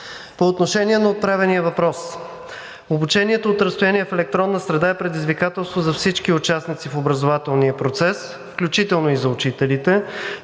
По отношение на отправения въпрос. Обучението от разстояние в електронна среда е предизвикателство за всички участници в образователния процес, включително и за учителите,